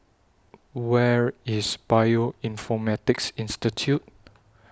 Where IS Bioinformatics Institute